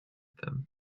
them